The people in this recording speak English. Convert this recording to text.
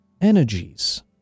energies